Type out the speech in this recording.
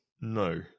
No